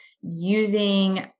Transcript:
using